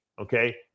Okay